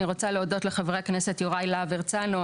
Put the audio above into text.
אני רוצה להודות לחברי הכנסת יוראי להב הרצנו,